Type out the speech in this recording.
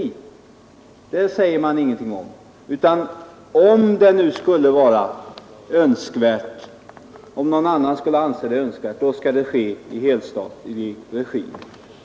Man säger bara att om någon annan skulle anse en sådan verksamhet vara önskvärd, då skall den ske i helstatlig regi.